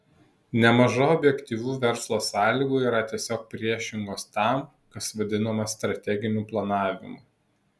nemaža objektyvių verslo sąlygų yra tiesiog priešingos tam kas vadinama strateginiu planavimu